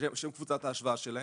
שהם קבוצת השוואה שלהם,